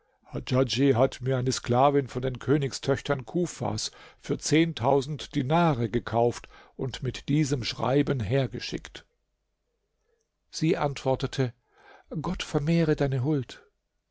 hat mir eine sklavin von den königstöchtern kufas für zehntausend dinare gekauft und mit diesem schreiben hergeschickt sie antwortete gott vermehre deine huld